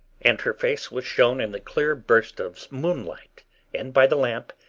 and her face was shown in the clear burst of moonlight and by the lamp,